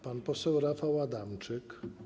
Pan poseł Rafał Adamczyk.